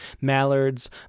Mallards